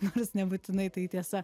nors nebūtinai tai tiesa